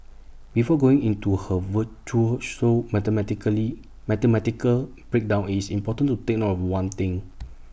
before going into her virtuoso mathematically mathematical breakdown is important to take note of one thing